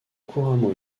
couramment